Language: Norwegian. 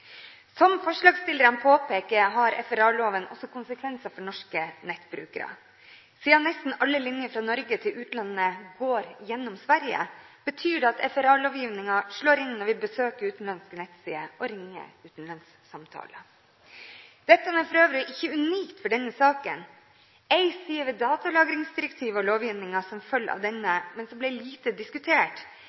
Som forslagsstillerne påpeker, har FRA-loven også konsekvenser for norske nettbrukere. Siden nesten alle linjer fra Norge til utlandet går gjennom Sverige, betyr det at FRA-lovgivningen slår inn når vi besøker utenlandske nettsider og ringer utenlandssamtaler. Dette er for øvrig ikke unikt for denne saken. En side ved datalagringsdirektivet og lovgivningen som følger av denne – men som ble lite diskutert